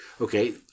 Okay